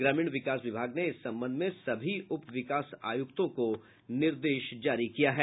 ग्रामीण विकास विभाग ने इस संबंध में सभी उप विकास आयुक्तों को निर्देश जारी किया है